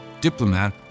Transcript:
diplomat